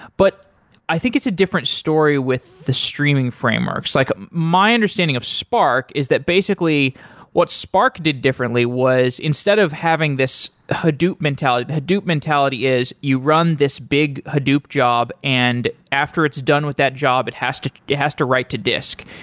but i think it's a different story with the streaming framework. it's like my understanding of spark is that basically what spark did differently was instead of having this hadoop mentality hadoop mentality is you run this big hadoop job and after it's done with that job it has to to right to disk.